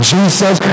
Jesus